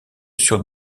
sur